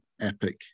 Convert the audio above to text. epic